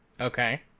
Okay